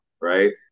right